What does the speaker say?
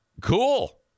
Cool